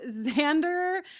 Xander